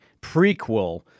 prequel